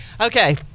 Okay